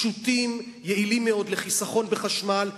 פשוטים ויעילים מאוד לחיסכון בחשמל,